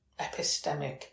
epistemic